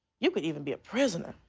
you could even be a prisoner.